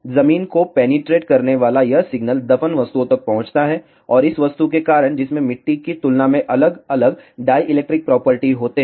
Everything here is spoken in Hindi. जमीन को पेनिट्रेट करने वाला यह सिग्नल दफन वस्तुओं तक पहुंचता है और इस वस्तु के कारण जिसमें मिट्टी की तुलना में अलग अलग डाइलेक्ट्रिक प्रॉपर्टी होते हैं